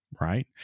right